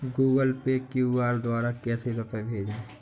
Google Pay QR द्वारा कैसे रूपए भेजें?